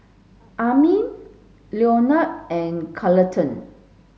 Amin Leonel and Carleton